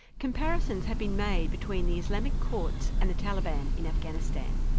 comparisons have been made between the islamic courts and the taliban in afghanistan.